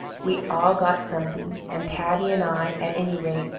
we all got something and patty and i, at any rate,